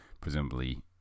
presumably